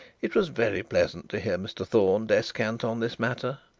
it was very pleasant to hear mr thorne descant on this matter.